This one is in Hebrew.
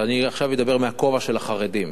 ואני עכשיו אדבר מהכובע של החרדים.